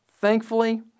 Thankfully